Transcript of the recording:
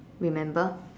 remember